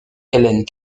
hélène